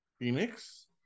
Phoenix